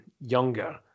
younger